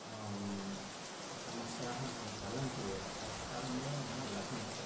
समस्याः चलन्ति एव परिष्कारमेव न लभन्ते